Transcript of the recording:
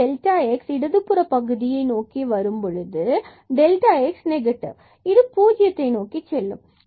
இந்த delta x இடதுபுற பகுதியிலிருந்து நோக்கி வரும்பொழுது டெல்டாx நெகட்டிவ் மற்றும் இது 0 நோக்கிச் செல்லும்